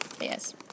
Yes